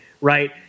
right